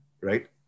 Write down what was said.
right